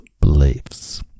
beliefs